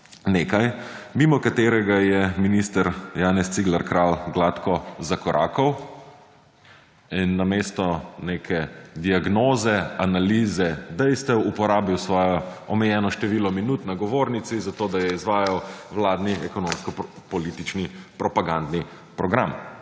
nekaj mimo katerega je minister Janez Cigler Kralj gladko zakorakal in namesto neke diagnoze, analize, dejstev, uporabil svojo omejeno število minut na govornici za to, da je izvajal vladni ekonomsko-politični propagandni program.